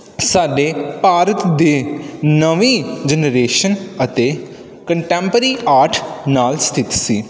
ਸਾਡੇ ਭਾਰਤ ਦੇ ਨਵੀਂ ਜਨਰੇਸ਼ਨ ਅਤੇ ਕੰਟੈਮਪਰੀ ਆਰਟ ਨਾਲ ਸਥਿਤ ਸੀ